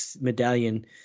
medallion